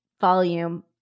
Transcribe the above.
volume